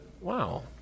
Wow